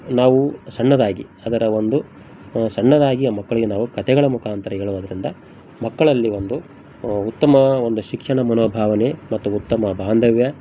ನಾವು ಸಣ್ಣದಾಗಿ ಅದರ ಒಂದು ಸಣ್ಣದಾಗಿ ಆ ಮಕ್ಕಳಿಗೆ ನಾವು ಕಥೆಗಳ ಮುಖಾಂತರ ಹೇಳುವದ್ರಿಂದ ಮಕ್ಕಳಲ್ಲಿ ಒಂದು ಉತ್ತಮ ಒಂದು ಶಿಕ್ಷಣ ಮನೋಭಾವನೆ ಮತ್ತು ಉತ್ತಮ ಬಾಂಧವ್ಯ